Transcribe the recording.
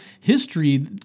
history